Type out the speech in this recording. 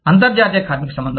అంతర్జాతీయ కార్మిక సంబంధాలు